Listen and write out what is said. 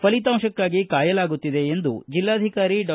ಫಲಿತಾಂಶಕ್ಕಾಗಿ ಕಾಯಲಾಗುತ್ತಿದೆ ಎಂದು ಜಿಲ್ಲಾಧಿಕಾರಿ ಡಾ